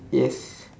yes